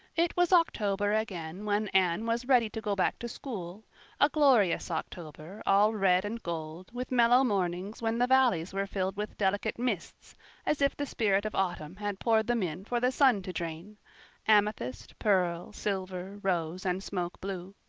it was october again when anne was ready to go back to school a glorious october, all red and gold, with mellow mornings when the valleys were filled with delicate mists as if the spirit of autumn had poured them in for the sun to drain amethyst, pearl, silver, rose, and smoke-blue.